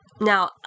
Now